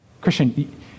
Christian